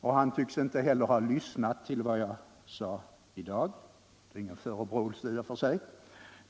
Och han tycks inte heller ha lyssnat till vad jag sade i dag, vilket i och för sig inte är någon förebråelse.